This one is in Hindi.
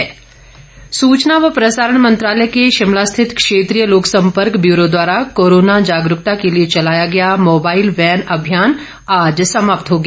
प्रचार अभियान सूचना व प्रसारण मंत्रालय के शिमला स्थित क्षेत्रीय लोकसंपर्क ब्यूरो द्वारा कोरोना जागरूकता के लिए चलाया गया मोबाईल वैन अभियान आज समाप्त हो गया